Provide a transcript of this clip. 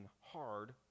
hard